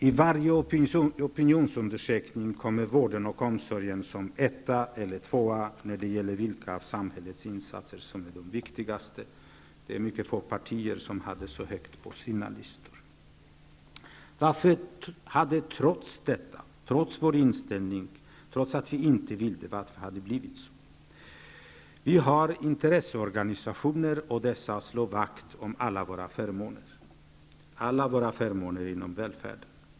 I varje opinionsundersökning kommer vården som etta eller tvåa när det gäller vilka av samhällets insatser som är de viktigaste. Det är mycket få partier som hade den så högt på sina listor. Varför har det blivit så, trots att vi inte vill det? Vi har intresseorganisationer som slår vakt om alla våra förmåner inom välfärden.